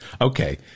Okay